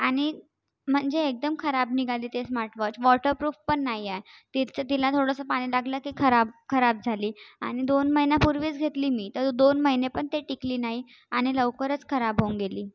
आणि म्हणजे एकदम खराब निघाली ते स्मार्टवॉच वॉटरप्रूफ पण नाही आहे तिचं तिला थोडंसं पाणी लागलं की खराब खराब झाली आणि दोन महिन्यापूर्वीच घेतली मी तर दोन महिने पण ते टिकली नाही आणि लवकरच खराब होऊन गेली